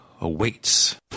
awaits